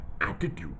attitude